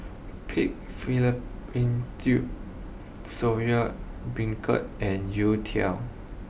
Pig Fallopian Tubes Soya Beancurd and Youtiao